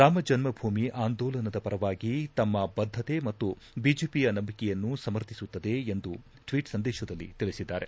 ರಾಮಜನ್ಮ ಭೂಮಿ ಆಂಧೋಲನದ ಪರವಾಗಿ ತಮ್ಮ ಭದ್ಧಕೆ ಮತ್ತು ಬಿಜೆಪಿಯ ನಂಬಿಕೆಯನ್ನು ಸಮರ್ಥಿಸುತ್ತದೆ ಎಂದು ಟ್ವೀಟ್ ಸಂದೇಶದಲ್ಲಿ ತಿಳಿಸಿದ್ದಾರೆ